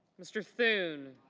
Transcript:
mr. thune,